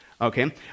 okay